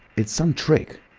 it's some trick.